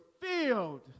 filled